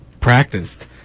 practiced